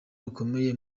rukomeye